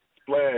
splash